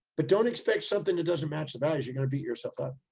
but don't expect something that doesn't match the values. you're going to beat yourself up.